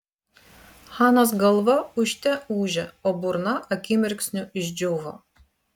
hanos galva ūžte ūžė o burna akimirksniu išdžiūvo